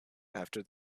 after